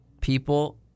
people